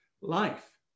life